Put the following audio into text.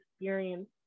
experience